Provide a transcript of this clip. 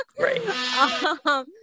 right